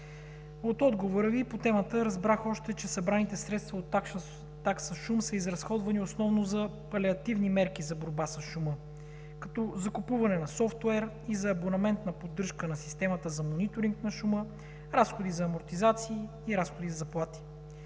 От отговора Ви по темата разбрах още, че събраните средства от такса шум са изразходвани основно за палиативни мерки за борба с шума като закупуване на софтуер и за абонаментна поддръжка на системата за мониторинг на шума, разходи за амортизации и разходи за заплати.